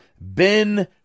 ben